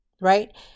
right